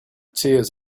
tears